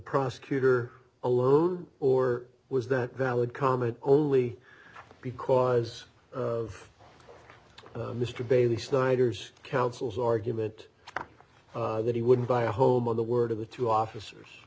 prosecutor alone or was that valid comment only because of mr bailey snyder's counsel's argument that he wouldn't buy a home on the word of the two officers